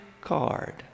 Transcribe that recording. card